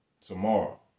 tomorrow